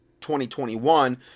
2021